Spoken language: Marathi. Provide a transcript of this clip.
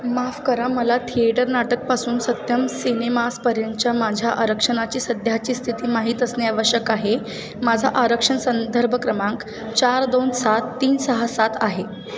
माफ करा मला थिएटर नाटकपासून सत्यम सिनेमास पर्यंतच्या माझ्या आरक्षणाची सध्याची स्थिती माहीत असणे आवश्यक आहे माझा आरक्षण संदर्भ क्रमांक चार दोन सात तीन सहा सात आहे